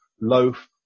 loaf